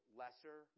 lesser